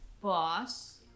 boss